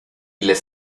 les